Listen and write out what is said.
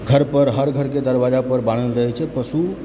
घरपर हर घरके दरवाजा पर बान्हल रहैत छै पशु